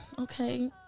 okay